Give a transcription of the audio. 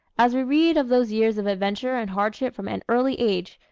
as we read of those years of adventure and hardship from an early age,